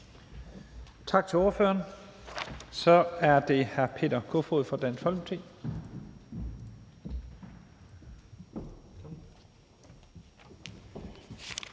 Tak til ordføreren. Så er det hr. Peter Kofod fra Dansk Folkeparti.